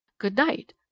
Good-night